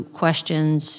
questions